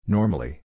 Normally